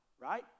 right